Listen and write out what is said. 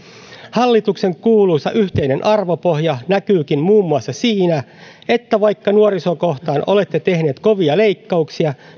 hallituksen kuuluisa yhteinen arvopohja näkyykin muun muassa siinä että vaikka nuorisoa kohtaan olette tehneet kovia leikkauksia